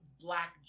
black